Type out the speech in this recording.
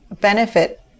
benefit